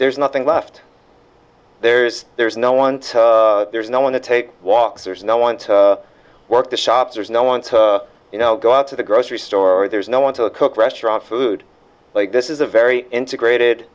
there's nothing left there's there's no one there's no one to take walks there's no one to work the shops there's no one to go out to the grocery store there's no one to a cook restaurant food like this is a very integrated